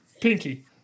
Pinky